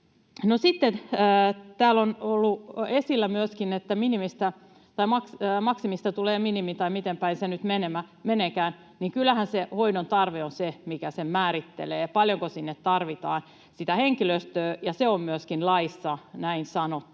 täällä on ollut esillä myöskin, että maksimista tulee minimi, tai miten päin se nyt meneekään, niin kyllähän hoidon tarve on se, mikä määrittelee, paljonko sinne tarvitaan henkilöstöä. Ja se on myöskin laissa näin sanottu